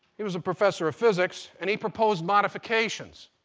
he was a professor of physics and he proposed modifications.